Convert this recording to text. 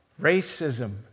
Racism